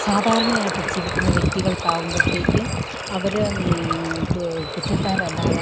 സാധാരണയായിട്ട് ജീവിക്കുന്ന വ്യക്തികൾക്കാവുമ്പഴത്തേക്ക് അവര് കുറ്റക്കാരല്ലാതെ